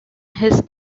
his